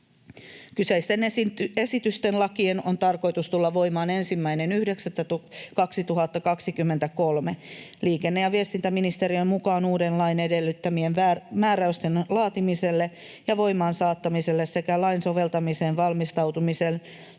Kyseisten esitysten lakien on tarkoitus tulla voimaan 1.9.2023. Liikenne- ja viestintäministeriön mukaan uuden lain edellyttämien määräysten laatimiselle ja voimaan saattamiselle sekä lain soveltamiseen valmistautumiselle